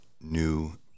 new